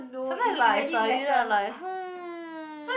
sometimes it's like I study then I'm like hmm